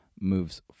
moves